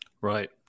Right